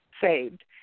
saved